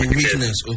weakness